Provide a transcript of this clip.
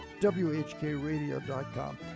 whkradio.com